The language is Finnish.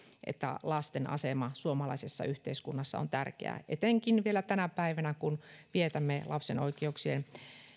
että lasten asema suomalaisessa yhteiskunnassa on tärkeää etenkin vielä tänä päivänä kun vietämme lapsen oikeuksien